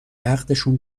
عقدشون